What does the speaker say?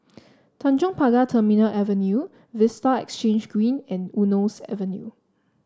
Tanjong Pagar Terminal Avenue Vista Exhange Green and Eunos Avenue